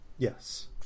Yes